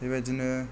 बेबादिनो